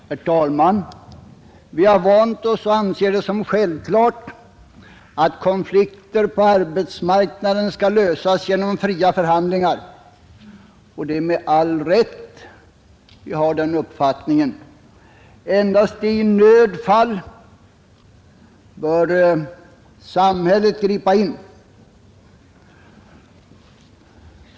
Herr talman! Vi har vant oss vid och anser det som självklart att konflikter på arbetsmarknaden skall lösas genom fria förhandlingar — och det med all rätt. Vi har den uppfattningen att samhället bör gripa in endast i nödfall.